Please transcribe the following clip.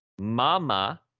Mama